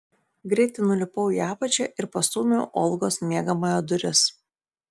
greitai nulipau į apačią ir pastūmiau olgos miegamojo duris